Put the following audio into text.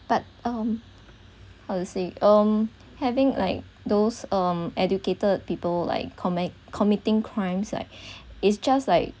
but um how to say um having like those um educated people like commit committing crimes like it's just like